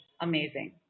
amazing